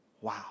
Wow